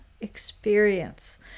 Experience